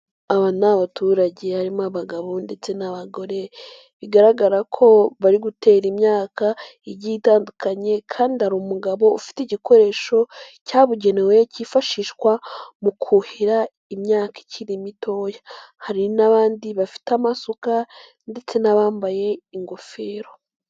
Aba ni abaturage harimo abagabo ndetse n'abagore bigaragara ko bari gutera imyaka igiye itandukanye kandi hari umugabo ufite igikoresho cyabugenewe kifashishwa mu kuhira imyaka ikiri mitoya, hari n'abandi bafite amasuka ndetse n'abambaye ingofero.